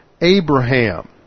Abraham